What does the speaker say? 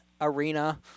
arena